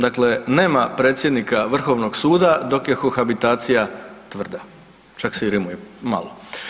Dakle, nema predsjednika Vrhovnog suda dok je kohabitacija tvrda, čak se i rimuje malo.